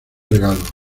regalo